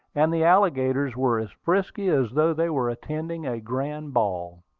and the alligators were as frisky as though they were attending a grand ball.